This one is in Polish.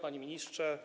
Panie Ministrze!